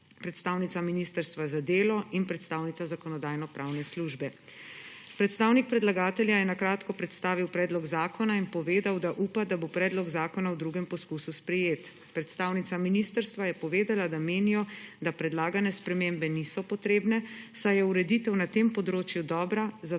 predstavnica Ministrstva za delo in predstavnica Zakonodajno-pravne službe. Predstavnik predlagatelja je na kratko predstavil predlog zakona in povedal, da upa, da bo predlog zakona v drugem poskusu sprejet. Predstavnica ministrstva je povedala, da menijo, da predlagane spremembe niso potrebne, saj je ureditev na tem področju dobra,